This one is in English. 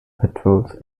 patrols